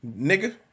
Nigga